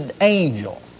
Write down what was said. angel